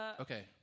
Okay